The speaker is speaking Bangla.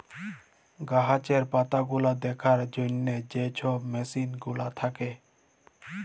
গাহাচের পাতাগুলা দ্যাখার জ্যনহে যে ছব মেসিল গুলা থ্যাকে